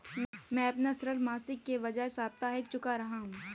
मैं अपना ऋण मासिक के बजाय साप्ताहिक चुका रहा हूँ